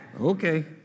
Okay